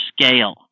scale